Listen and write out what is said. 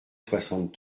soixante